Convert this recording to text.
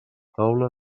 taula